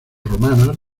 romanas